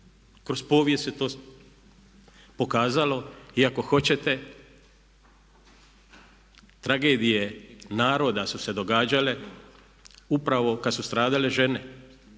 kroz povijest se to pokazalo i ako hoćete tragedije naroda su se događale upravo kad su stradale žene.